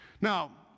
Now